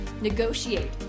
negotiate